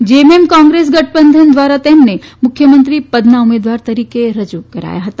JMM Congress ગઠબંધન ધ્વારા તેમને મુખ્યમંત્રી પદના ઉમેદવાર તરીકે રજુ કરાયા હતા